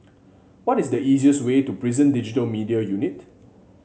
what is the easiest way to Prison Digital Media Unit